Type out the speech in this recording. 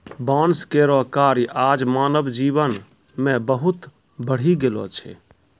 बांस केरो कार्य आज मानव जीवन मे बहुत बढ़ी गेलो छै